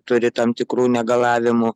turi tam tikrų negalavimų